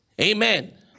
Amen